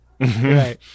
Right